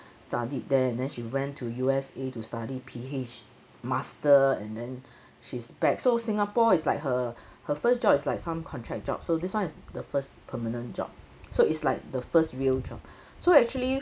studied there and then she went to U_S_A to study P_H master and then she's back so singapore is like her her first job is like some contract job so this one is the first permanent job so it's like the first real job so actually